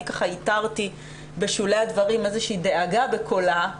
ככה איתרתי בשולי הדברים איזה שהיא דאגה בקולה,